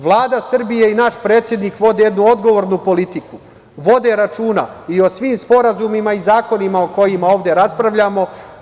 Vlada Srbije i naš predsednik vode jednu odgovornu politiku, vode računa i o svim sporazumima i zakonima o kojima ovde raspravljamo.